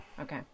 Okay